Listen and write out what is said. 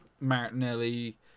Martinelli